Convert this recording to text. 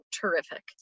terrific